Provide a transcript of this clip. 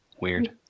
Weird